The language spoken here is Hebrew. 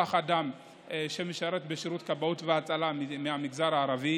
האדם שמשרת בשירות כבאות והצלה מהמגזר הערבי